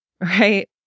right